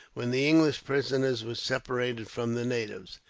when the english prisoners were separated from the natives.